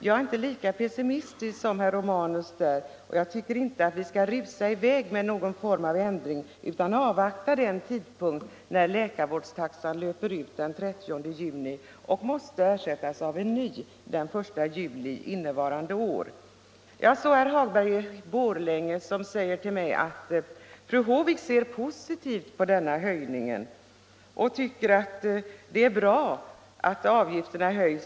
Jag är inte lika pessimistisk som herr Romanus och tycker inte att vi skall rusa i väg med någon form av ändring utan avvakta den tidpunkt när läkarvårdstaxan löper ut den 30 juni och måste ersättas av en ny den 1 juli innevarande år. Herr Hagberg i Borlänge sade att jag tyckte att det var bra att avgifterna höjs.